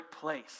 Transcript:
place